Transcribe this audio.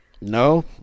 No